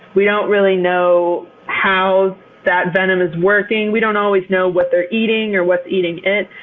we don't really know how that venom is working. we don't always know what they're eating, or what's eating it.